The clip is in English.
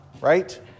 right